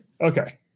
Okay